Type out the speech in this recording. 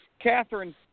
Catherine